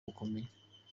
bukomeye